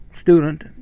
student